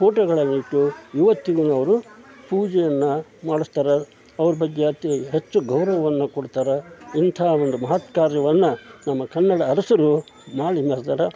ಫೋಟೋಗಳನ್ನಿಟ್ಟು ಇವತ್ತಿಗೂ ಅವರ ಪೂಜೆಯನ್ನು ಮಾಡಿಸ್ತಾರ ಅವ್ರ ಬಗ್ಗೆ ಅತಿ ಹೆಚ್ಚು ಗೌರವವನ್ನು ಕೊಡ್ತಾರೆ ಇಂಥಾ ಒಂದು ಮಹತ್ ಕಾರ್ಯವನ್ನು ನಮ್ಮ ಕನ್ನಡ ಅರಸರು ಮಾಡಿ ಮೆರ್ದಾರೆ